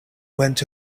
went